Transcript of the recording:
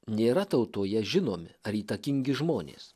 nėra tautoje žinomi ar įtakingi žmonės